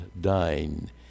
dine